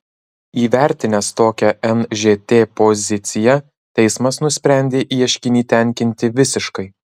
įvertinęs tokią nžt poziciją teismas nusprendė ieškinį tenkinti visiškai